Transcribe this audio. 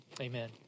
Amen